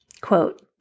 Quote